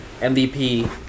MVP